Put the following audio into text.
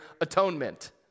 atonement